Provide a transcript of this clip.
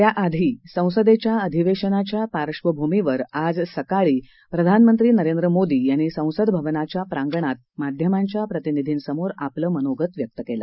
तत्पूर्वी अधिवेशानाच्या पार्बभूमीवर आज सकाळी प्रधानमंत्री नरेंद्र मोदी यांनी संसद भवनाच्या प्रांगणात माध्यमांच्या प्रतिनिधींसमोर आपलं मनोगत व्यक्त केलं